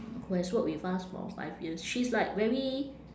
who has work with us for five years she's like very